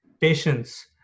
patience